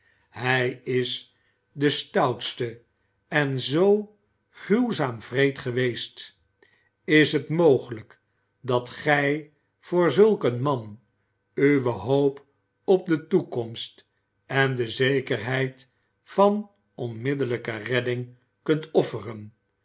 hij is de stoutste en zoo gruwzaam wreed geweest is het mogelijk dat gij voor zulk een man uwe hoop op de toekomst en de zekerheid van onmiddellijke redding kunt offeren